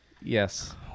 Yes